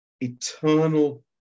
eternal